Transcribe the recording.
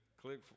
click